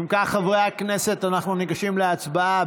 אם כך, חברי הכנסת, אנחנו ניגשים להצבעה.